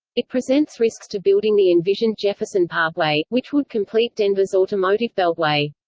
it presents risks to building the envisioned jefferson parkway, which would complete denver's automotive beltway.